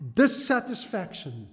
dissatisfaction